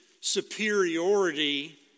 superiority